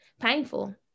painful